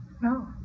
No